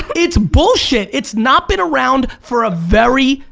it's bullshit. it's not been around for a very,